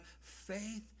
faith